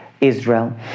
Israel